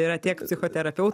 yra tiek psichoterapeut